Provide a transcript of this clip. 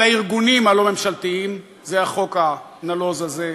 על הארגונים הלא-ממשלתיים, זה החוק הנלוז הזה,